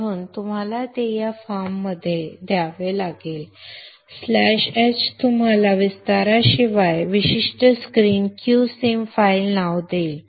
म्हणून तुम्हाला ते या फॉर्ममध्ये द्यावे लागेल स्लॅश h तुम्हाला विस्ताराशिवाय विशिष्ट स्क्रीन q सिम फाइल नाव देईल